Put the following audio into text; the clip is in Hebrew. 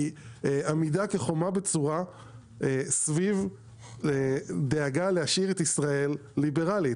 היא עמידה כחומה בצורה סביב דאגה להשאיר את ישראל ליברלית.